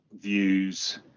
views